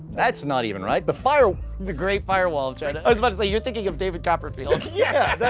that's not even right. the firew the great firewall of china. i was about to say, you're thinking of david copperfield. yeah,